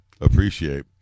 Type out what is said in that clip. appreciate